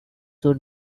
would